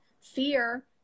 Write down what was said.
fear